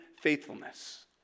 faithfulness